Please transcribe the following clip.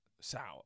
sour